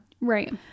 Right